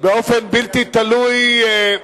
בדיון